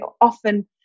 often